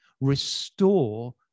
restore